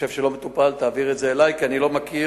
חושב שלא מטופל, תעביר את זה אלי, כי אני לא מכיר